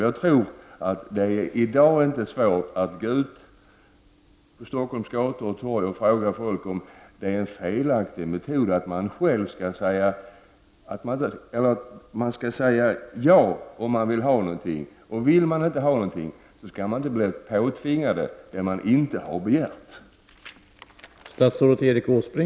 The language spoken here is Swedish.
Jag tror att det i dag inte är svårt att gå ut på Stockholms gator och torg och finna stöd för att man skall säga ja om man vill ha någonting, och att man om man inte vill ha en sak inte skall bli påtvingad den.